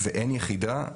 ואין יחידה,